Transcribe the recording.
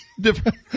Different